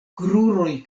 kruroj